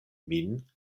min